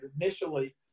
initially